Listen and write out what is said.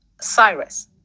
cyrus